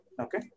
Okay